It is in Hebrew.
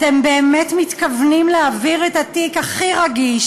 אתם באמת מתכוונים להעביר את התיק הכי רגיש